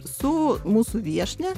su mūsų viešnia